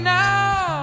now